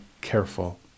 careful